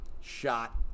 shot